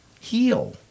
heal